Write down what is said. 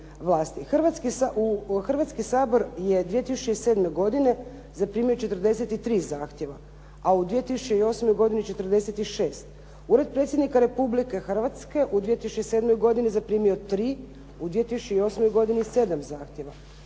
Hrvatski sabor je 2007. godine zaprimio 43 zahtjeva a u 2008. godini 46. Ured Predsjednika Republike Hrvatske u 2007. godini zaprimio je 3, u 2008. godini 7 zahtjeva.